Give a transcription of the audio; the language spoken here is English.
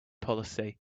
policy